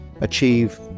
achieve